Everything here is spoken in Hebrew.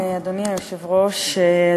אדוני היושב-ראש,